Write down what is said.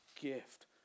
gift